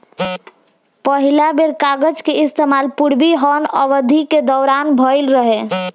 पहिला बेर कागज के इस्तेमाल पूर्वी हान अवधि के दौरान भईल रहे